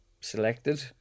selected